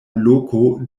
loko